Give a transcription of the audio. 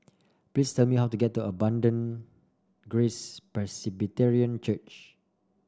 please tell me how to get to Abundant Grace Presbyterian Church